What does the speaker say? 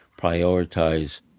prioritize